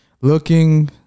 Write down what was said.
Looking